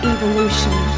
Evolution